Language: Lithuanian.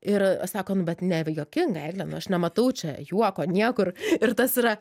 ir sako nu bet nejuokinga erne nu aš nematau čia juoko niekur ir tas yra